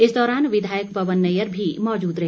इस दौरान विधायक पवन नैयर भी मौजूद रहे